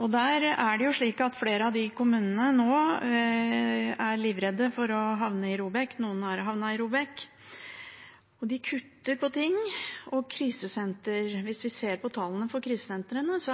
at der har